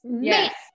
Yes